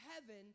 heaven